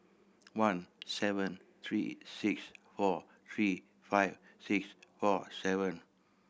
one seven three six four three five six four seven